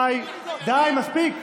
די, די, מספיק,